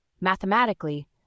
Mathematically